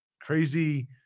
crazy